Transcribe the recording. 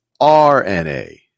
RNA